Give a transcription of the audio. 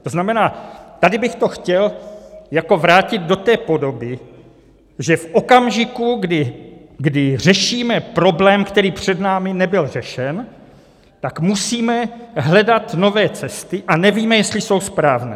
To znamená, tady bych to chtěl vrátit do té podoby, že v okamžiku, kdy řešíme problém, který před námi nebyl řešen, tak musíme hledat nové cesty a nevíme, jestli jsou správné.